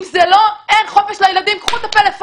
אם זה לא, אין חופש לילדים, קחו את הפלאפונים.